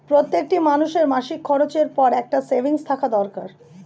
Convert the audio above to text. প্রত্যেকটি মানুষের মাসিক খরচের পর একটা সেভিংস থাকা দরকার